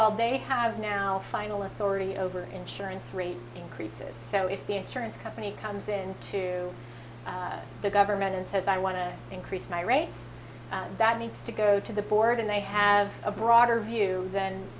all they have now final authority over insurance rate increases so if the insurance company comes in to the government and says i want to increase my rights that needs to go to the board and they have a broader